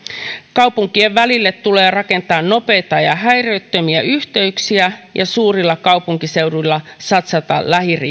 kaupunkien välille tulee rakentaa nopeita ja häiriöttömiä yhteyksiä ja suurilla kaupunkiseuduilla satsata